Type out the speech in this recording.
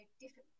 different